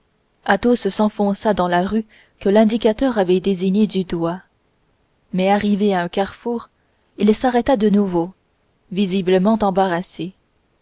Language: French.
refusa athos s'enfonça dans la rue que l'indicateur avait désignée du doigt mais arrivé à un carrefour il s'arrêta de nouveau visiblement embarrassé